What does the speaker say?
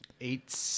eight